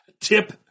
tip